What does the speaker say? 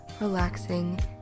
relaxing